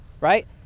right